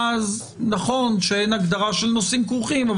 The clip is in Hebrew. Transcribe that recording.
ואז נכון שאין הגדרה של נושאים כרוכים,